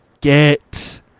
get